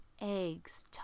eggs